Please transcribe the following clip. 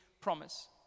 promise